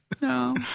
No